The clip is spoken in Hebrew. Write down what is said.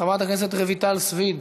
חברת הכנסת רויטל סויד,